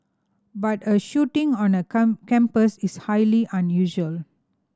but a shooting on a campus is highly unusual